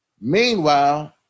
Meanwhile